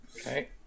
Okay